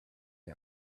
him